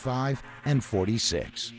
five and forty six